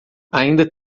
ainda